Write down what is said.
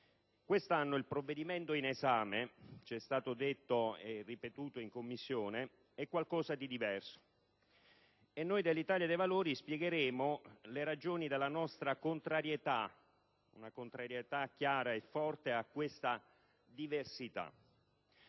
Quest'anno il provvedimento in esame - ci è stato detto e ripetuto in Commissione - è qualcosa di diverso e noi dell'Italia dei Valori spiegheremo le ragioni della nostra contrarietà, una contrarietà chiara e forte a questa diversità.